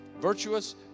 virtuous